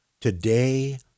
today